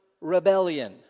rebellion